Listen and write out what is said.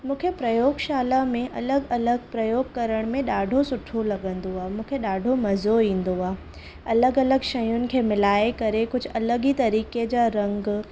मुखे प्रयोगशाला में अलॻि अलॻि प्रयोग करण में ॾाढो सुठो लॻंदो आहे ऐं मूंखे ॾाढो मज़ो ईंदो आहे अलॻि अलॻि शयुनि खे मिलाए करे कुझु अलॻि ई तरीक़े जा रंग